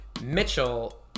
Mitchell